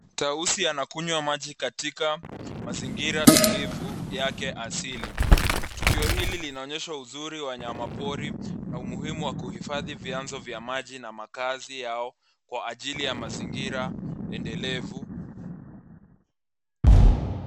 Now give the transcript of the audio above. Tausi anakunywa maji katika mazingira tulivu yake asili. Tukio hili linaonyesha uzuri wa wanyamapori, na umuhimu wa kuhifadhi vyanzo vya maji na makazi yao kwa ajili ya mazingira endelevu.